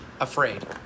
afraid